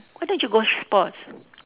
why don't you go sports